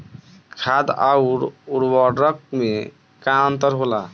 खाद्य आउर उर्वरक में का अंतर होला?